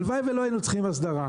הלוואי ולא היינו צריכים הסדרה.